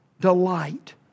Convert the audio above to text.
delight